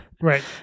Right